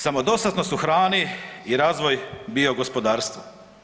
Samodostatnost u hrani i razvoj biogospodarstva.